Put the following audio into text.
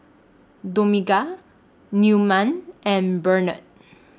Dominga Newman and Barnett